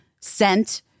sent